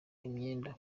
imyenda